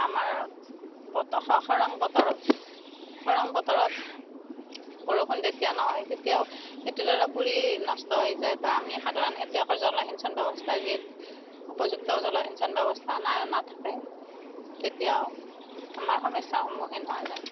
আমাৰ খৰাং বতৰত খৰাং বতৰত বৰষুণ যেতিয়া নহয় তেতিয়াও খেতিডৰা পুৰি নষ্ট হৈ যায় বা আমি সাধাৰণ খেতিয়কৰ জলসিঞ্চন ব্যৱস্থা যিহেতু উপযুক্ত জলসিঞ্চন ব্যৱস্থা নাই নাথাকে তেতিয়াও আমাৰ সমস্যাৰ সন্মুখীন হোৱা যায়